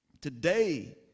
Today